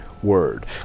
word